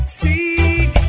seek